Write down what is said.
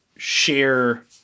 share